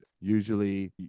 usually